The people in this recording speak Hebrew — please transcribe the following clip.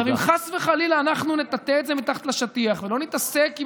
עכשיו אם חס וחלילה אנחנו נטאטא את זה מתחת לשטיח ולא נתעסק עם